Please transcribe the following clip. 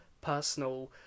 personal